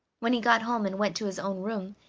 when he got home and went to his own room,